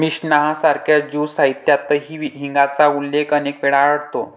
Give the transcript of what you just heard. Mishnah सारख्या Jew साहित्यातही हिंगाचा उल्लेख अनेक वेळा आढळतो